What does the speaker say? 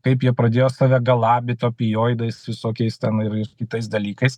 kaip jie pradėjo save galabyt opioidais visokiais ten ir ir kitais dalykais